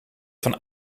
van